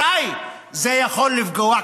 מתי זה יכול לפגוע?